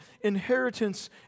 inheritance